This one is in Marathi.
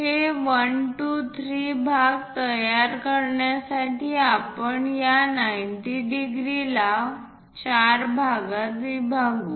हे 1 2 3 भाग तयार करण्यासाठी आपण या 90°ला 4 भागात विभागू